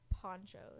Ponchos